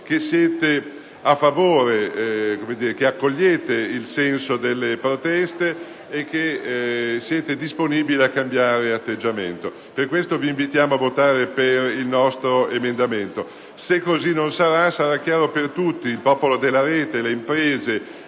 nei fatti che accogliete il senso delle proteste e che siete disponibili a cambiare atteggiamento. Per questo vi invitiamo a votare per il nostro emendamento. In caso contrario, il popolo della rete, le imprese